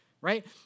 right